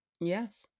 yes